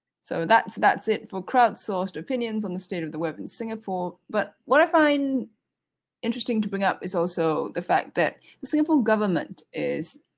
so that's that's it for crowdsourced opinions on the state of the web in singapore but what i find interesting to bring up is also the fact that the singapore government is